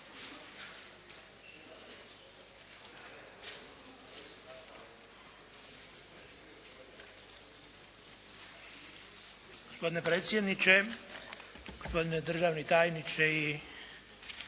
Gospodine predsjedniče, gospodine državni tajniče i